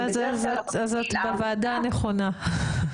שבדרך כלל --- אז את בוועדה הנכונה.